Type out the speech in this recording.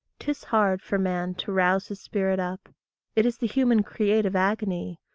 tis hard for man to rouse his spirit up it is the human creative agony,